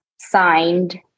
signed